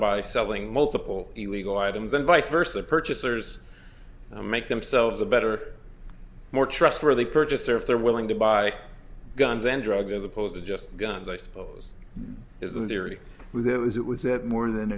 by selling multiple illegal items and vice versa purchasers make themselves a better more trustworthy purchaser if they're willing to buy guns and drugs as opposed to just guns i suppose is the theory with it was it was it more than